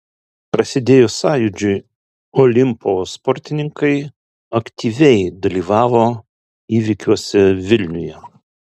prasidėjus sąjūdžiui olimpo sportininkai aktyviai dalyvavo įvykiuose vilniuje